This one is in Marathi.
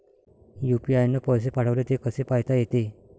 यू.पी.आय न पैसे पाठवले, ते कसे पायता येते?